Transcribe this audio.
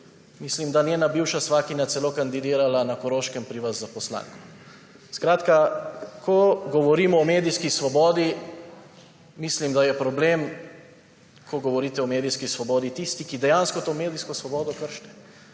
Mislim, da je njena bivša svakinja celo kandidirala na Koroškem pri vas za poslanko. Skratka, ko govorimo o medijski svobodi, mislim, da je problem, ko govorite o medijski svobodi tisti, ki dejansko to medijsko svobodo kršite.